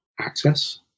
access